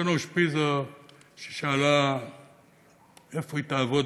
שושנה אושפיז ששאלה איפה היא תעבוד,